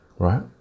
right